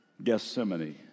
Gethsemane